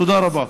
תודה רבה.